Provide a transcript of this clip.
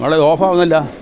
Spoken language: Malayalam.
മോളേ ഇത് ഓഫ് ആവുന്നില്ല